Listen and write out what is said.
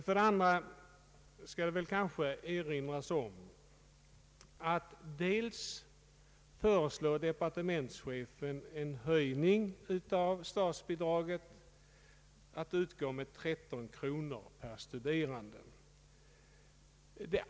För det andra kan erinras om att departementschefen föreslår en höjning av statsbidraget, att utgå med 13 kronor per studerande.